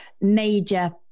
major